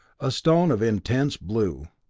a stone of intense blue.